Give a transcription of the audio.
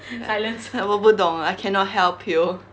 hai~ 我不懂 I cannot help you